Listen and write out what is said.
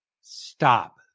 stop